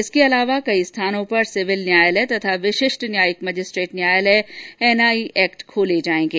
इसके अलावा कई स्थानों पर सिविल न्यायालय तथा विशिष्ट न्यायिक मजिस्ट्रेट न्यायालय एनआई एक्ट खोले जायेंगे